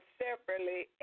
separately